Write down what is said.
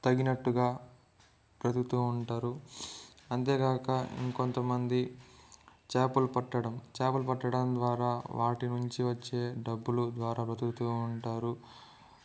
తగినట్టుగా బ్రతుకుతూ ఉంటారు అంతేగాక ఇంకొంతమంది చాపలు పట్టడం చాపలు పట్టడం ద్వారా వాటి నుంచి వచ్చే డబ్బులు ద్వారా బతుకుతూ ఉంటారు